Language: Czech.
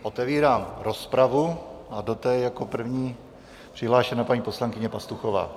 Otevírám rozpravu a do té jako první je přihlášena paní poslankyně Pastuchová.